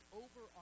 over